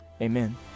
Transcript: Amen